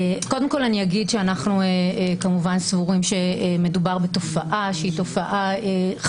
קודם כל אני אגיד שאנחנו כמובן סבורים שמדובר בתופעה שהיא חמורה,